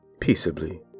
peaceably